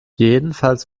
jedenfalls